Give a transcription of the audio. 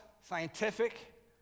scientific